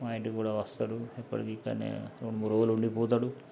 మా ఇంటికి కూడా వస్తాడు ఇప్పటికీ కానీ రెండు మూడు రోజులు ఉండి పోతాడు